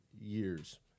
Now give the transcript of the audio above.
years